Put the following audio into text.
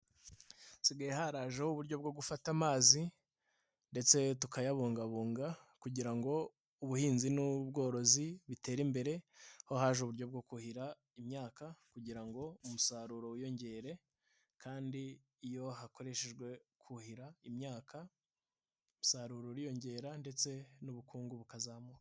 Hasigaye harajeho uburyo bwo gufata amazi ndetse tukayabungabunga kugira ngo ubuhinzi n'ubworozi bitere imbere, aho haje uburyo bwo kuhira imyaka kugira ngo umusaruro wiyongere kandi iyo hakoreshejwe kuhira imyaka, umusaruro uriyongera ndetse n'ubukungu bukazamuka.